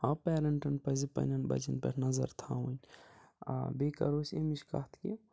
آ پیرَنٹَن پَزِ پنٛنٮ۪ن بَچن پٮ۪ٹھ نظر تھاوٕنۍ آ بیٚیہِ کَرَو أسۍ امِچ کَتھ کہِ